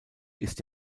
ist